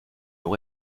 nous